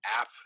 app